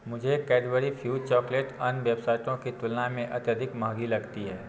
मुझे Cadbury Fuse chocolate अन्य वेबसाइटों की तुलना में अत्यधिक महंगी लगती है